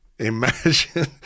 Imagine